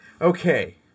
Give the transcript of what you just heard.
Okay